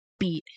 beat